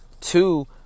Two